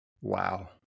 Wow